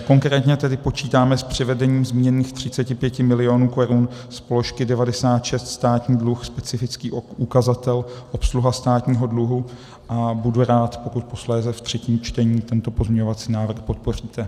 Konkrétně tedy počítáme s přivedením zmíněných 35 mil. korun z položky 96 státní dluh, specifický ukazatel obsluha státního dluhu a budu rád, pokud posléze v třetím čtení tento pozměňovací návrh podpoříte.